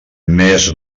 més